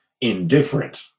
indifferent